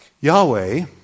Yahweh